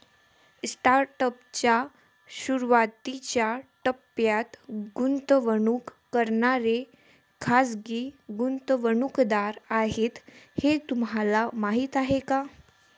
Startup च्या सुरुवातीच्या टप्प्यात गुंतवणूक करणारे खाजगी गुंतवणूकदार आहेत हे तुम्हाला माहीत आहे का?